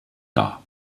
dar